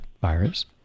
virus